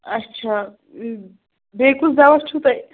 اَچھا بیٚیہِ کُس دَواہ چھُو تۄہہِ